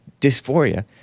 dysphoria